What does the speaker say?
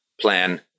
plan